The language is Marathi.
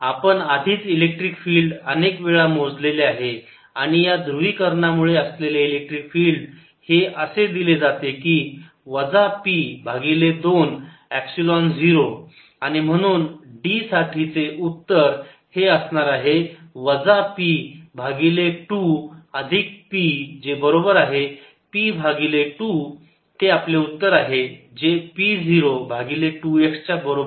आपण आधीच इलेक्ट्रिक फिल्ड अनेक वेळा मोजलेले आहे आणि या ध्रुवीकरणांमुळे असलेले इलेक्ट्रिक फील्ड हे असे दिले जाते की वजा p भागिले 2 एपसिलोन 0 आणि म्हणून D साठी चे उत्तर हे असणार आहे वजा p भागिले 2 अधिक p जे बरोबर आहे p भागिले 2 ते आपले उत्तर आहे जे p 0 भागिले 2x च्या बरोबर आहे